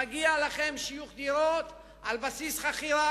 מגיע לכם שיוך דירות על בסיס חכירה,